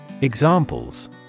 Examples